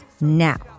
now